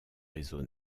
réseau